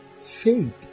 Faith